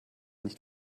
nicht